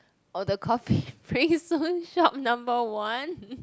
oh the coffee prince shop number one